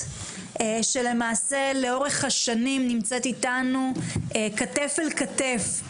שלמעשה לאורך השנים נמצאת איתנו כתף אל כתף,